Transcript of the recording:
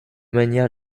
manières